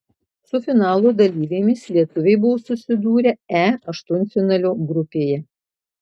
su finalo dalyvėmis lietuviai buvo susidūrę e aštuntfinalio grupėje